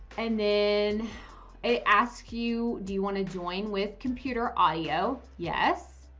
and then ask you do you want to join with computer audio? yes.